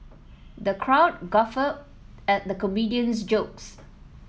the crowd guffawed at the comedian's jokes